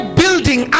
building